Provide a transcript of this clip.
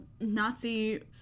nazi